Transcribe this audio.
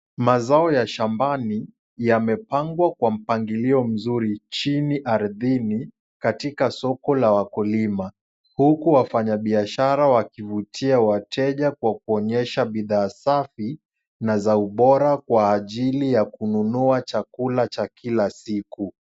Mazao ya shambani, yamepangwa kwa mpangilio mzuri chini ardhini, katika soko la wakulima, huku wafanyabiashara wakivutia wateja kwa kuonyesha bidhaa safi na za ubora kwa ajili ya kununua chakula cha kila siku.